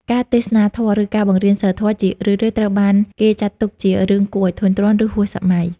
ការទេសនាធម៌ ឬការបង្រៀនសីលធម៌ ជារឿយៗត្រូវបានគេចាត់ទុកជារឿងគួរឲ្យធុញទ្រាន់ ឬហួសសម័យ។